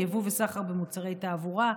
יבוא וסחר במוצרי תעבורה,